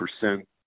percent